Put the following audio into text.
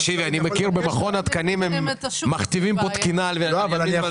במכון התקנים מכתיבים תקינה על ימין ועל